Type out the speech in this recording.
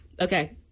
Okay